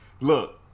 Look